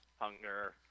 hunger